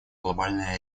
глобальной